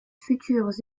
futurs